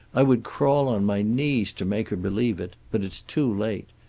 i would crawl on my knees to make her believe it, but it's too late.